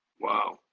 Wow